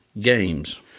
games